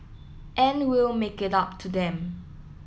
and we'll make it up to them